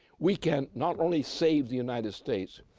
we can not only save the united states,